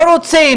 לא רוצים,